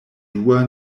dua